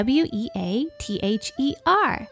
weather